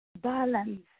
balance